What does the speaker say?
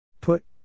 Put